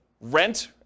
rent